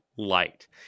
light